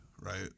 right